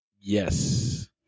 Yes